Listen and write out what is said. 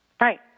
Right